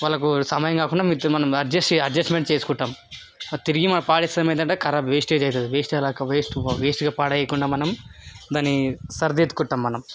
వాళ్ళకి సమయం కాకుండా మనం ఎడ్జెస్ట్ ఎడ్జెస్టుమెంట్ చేసుకుంటాం అది తిరిగి మనం పడేస్తాం ఏంటంటే కరాబ్ వేస్టేజ్ అవుతుంది వేస్ట్ అలా క వేస్ట్ వేస్ట్గా పాడెయ్యకుండా మనం దాన్ని సరిదిద్దుకుంటాం మనం